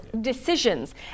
decisions